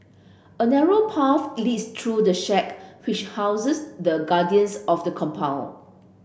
a narrow path leads through the shack which houses the guardians of the compound